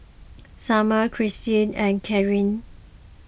Sumner Cristy and Karrie